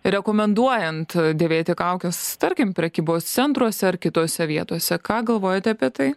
rekomenduojant dėvėti kaukes tarkim prekybos centruose ar kitose vietose ką galvojate apie tai